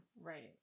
Right